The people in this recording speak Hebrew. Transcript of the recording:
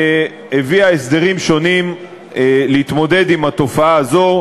הסדרים שונים להתמודדות עם התופעה הזאת,